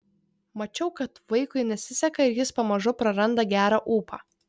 mačiau kad vaikui nesiseka ir jis pamažu praranda gerą ūpą